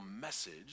message